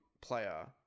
player